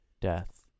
death